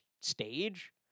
stage